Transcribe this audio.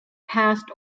past